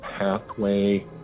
pathway